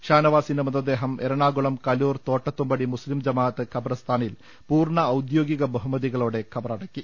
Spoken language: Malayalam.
ഷാനവാസിൻെറ മൃതദേഹം എറണാകുളം കലൂർ തോട്ടത്തുംപടി മുസ്ലിം ജമാഅത്ത് ഖബർസ്ഥാനിൽ പൂർണ ഔദ്യോഗിക ബഹുമതികളോടെ ഖബറടക്കി